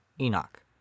Enoch